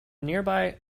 nearby